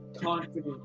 confident